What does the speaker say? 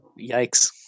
Yikes